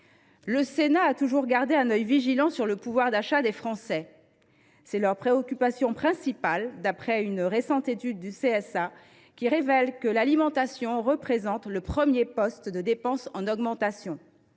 le Sénat a toujours gardé un œil vigilant sur le pouvoir d’achat des Français. Celui ci constitue leur préoccupation principale d’après une récente étude de l’institut CSA, qui révèle que l’alimentation représente le premier poste de dépenses des ménages